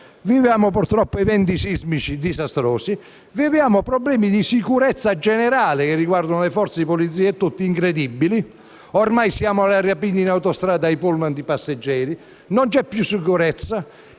subiamo purtroppo eventi sismici disastrosi, viviamo problemi di sicurezza generale che riguardano le forze di polizia e quant'altro incredibili. Ormai siamo alle rapine in autostrada ai pullman di passeggeri, non c'è più sicurezza,